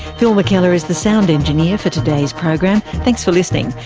phil mckellar is the sound engineer for today's program. thanks for listening.